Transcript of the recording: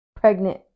Pregnant